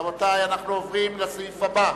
רבותי, אנחנו עוברים לסעיף הבא.